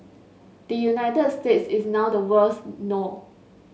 the United States is now the world's no